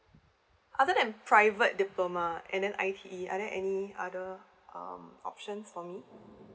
other than private diploma and then I_T_E are there any other um options for me